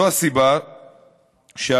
זו הסיבה שהיום,